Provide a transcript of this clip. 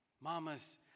Mamas